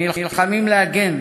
שנלחמים להגן